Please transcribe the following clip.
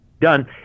done